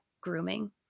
grooming